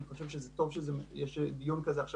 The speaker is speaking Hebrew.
טוב שיש דיון כזה עכשיו